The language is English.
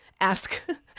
Ask